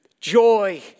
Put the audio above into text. Joy